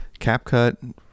CapCut